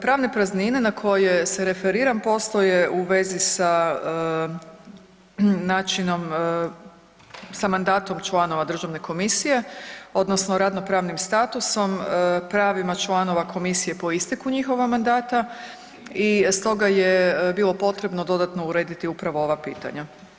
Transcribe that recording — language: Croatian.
Pravne praznine na koje se referiram postoje u vezi sa načinom, sa mandatom članova državne komisije odnosno radno pravnim statusom, pravima članova komisije po isteku njihova mandata i stoga je bilo potrebno dodatno urediti upravo ova pitanja.